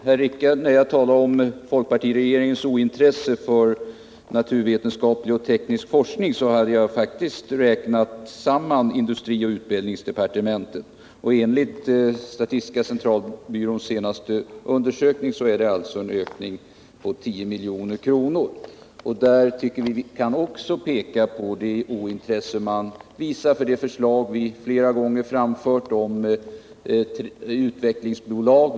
Herr talman! När jag talar om folkpartiregeringens ointresse för naturvetenskaplig och teknisk forskning har jag faktiskt räknat samman summorna för industrioch utbildningsdepartementen. Enligt statistiska centralbyråns senaste undersökning är det alltså en ökning med 10 milj.kr. Jag kan också peka på det ointresse som visats för det förslag vi flera gånger har framfört om utvecklingsbolag.